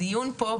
הדיון פה,